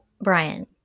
Brian